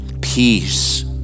peace